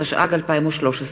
התשע"ג,2013.